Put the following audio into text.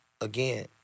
again